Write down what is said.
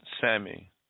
sammy